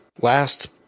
last